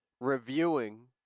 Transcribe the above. reviewing